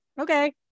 okay